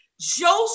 Joseph